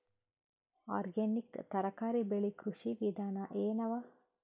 Organic ತರಕಾರಿ ಬೆಳಿ ಕೃಷಿ ವಿಧಾನ ಎನವ?